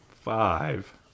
five